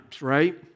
right